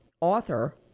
author